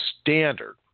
standard